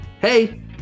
hey